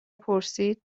پرسید